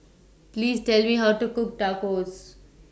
Please Tell Me How to Cook Tacos